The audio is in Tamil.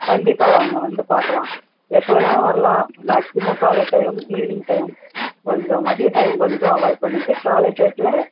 கண்டிப்பாக வாங்க வந்து பார்க்கலாம் எப்போ வேணாலும் வரலாம் மேக்ஸிமம் காலை டைம் ஈவினிங் டைம் கொஞ்சம் மதிய டைம் கொஞ்சம் அவாய்ட் பண்ணிவிட்டு காலை டையத்துல